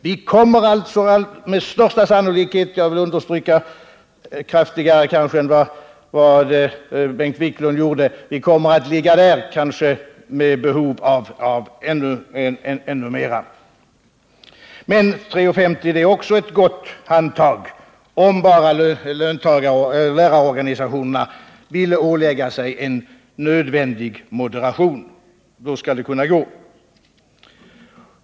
Vi kommer alltså med största sannolikhet — jag vill understryka det kraftigare än vad Bengt Wiklund gjorde —-att ha behov av ännu mera. Men 3:50 är också ett gott handtag, om bara lärarorganisationerna ville ålägga sig en nödvändig moderation; då skulle det kunna gå.